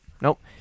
Nope